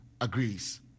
agrees